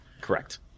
Correct